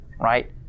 right